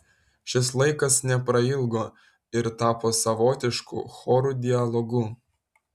šis laikas neprailgo ir tapo savotišku chorų dialogu